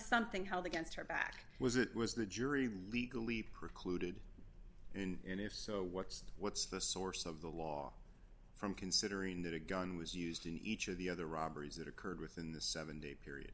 something held against her back was it was the jury legally precluded and if so what's what's the source of the law from considering that a gun was used in each of the other robberies that occurred within the seven day period